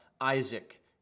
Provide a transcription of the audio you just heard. Isaac